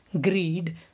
greed